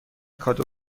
کادو